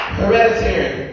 hereditary